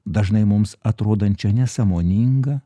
dažnai mums atrodančią nesąmoningą